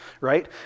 right